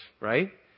right